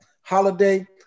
holiday